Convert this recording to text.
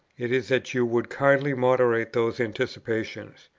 it is that you would kindly moderate those anticipations.